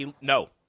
No